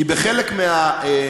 אתה יהודי